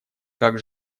как